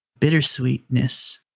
bittersweetness